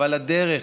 אבל הדרך,